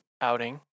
outing